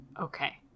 Okay